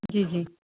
जी जी